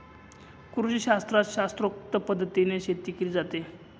कृषीशास्त्रात शास्त्रोक्त पद्धतीने शेती केली जाते